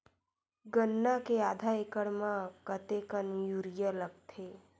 गन्ना के आधा एकड़ म कतेकन यूरिया लगथे?